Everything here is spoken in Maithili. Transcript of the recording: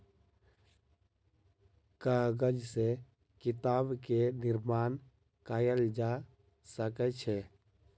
कागज से किताब के निर्माण कयल जा सकै छै